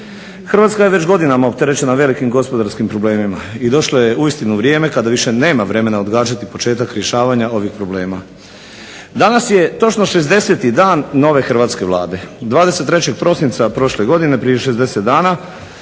Hrvatska je već godinama opterećena velikim gospodarskim problemima i došlo je uistinu vrijeme kada više nema vremena odgađati početak rješavanja ovih problema. Danas je točno 60. Dan nove hrvatske Vlade. 23.prosina prošle godine prije 60 dana